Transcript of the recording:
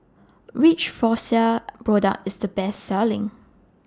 Which Floxia Product IS The Best Selling